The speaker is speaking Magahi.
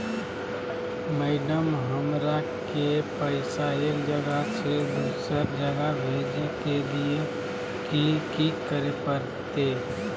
मैडम, हमरा के पैसा एक जगह से दुसर जगह भेजे के लिए की की करे परते?